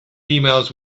emails